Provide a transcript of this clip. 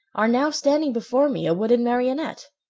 are now standing before me a wooden marionette?